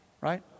right